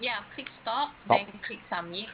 stop